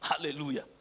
Hallelujah